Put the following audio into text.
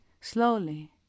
slowly